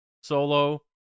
solo